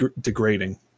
degrading